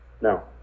No